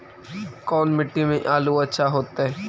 कोन मट्टी में आलु अच्छा होतै?